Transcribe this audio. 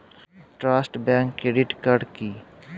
Trust bank credit card কি?